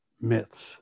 myths